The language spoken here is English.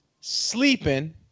sleeping